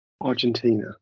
Argentina